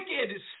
wicked